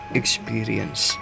experience